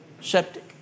Septic